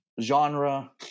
genre